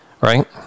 Right